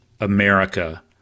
America